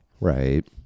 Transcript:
right